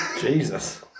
Jesus